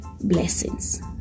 blessings